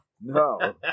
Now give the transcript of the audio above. No